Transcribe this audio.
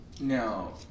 Now